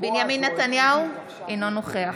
בנימין נתניהו, אינו נוכח